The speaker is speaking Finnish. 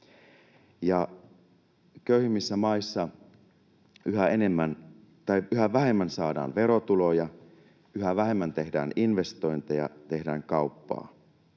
Köyhimmissä maissa yhä vähemmän saadaan verotuloja, yhä vähemmän tehdään investointeja, tehdään kauppaa.